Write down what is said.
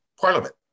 parliament